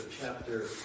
chapter